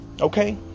Okay